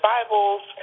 Bibles